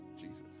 Jesus